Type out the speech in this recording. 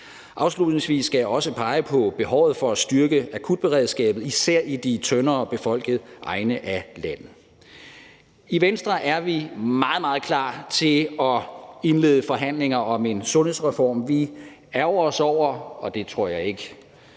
Afslutningsvis skal jeg også pege på behovet for at styrke akutberedskabet især i de tyndere befolkede egne af landet. I Venstre er vi meget, meget klar til at indlede forhandlinger om en sundhedsreform. Vi ærgrer os meget over, og det tror jeg ikke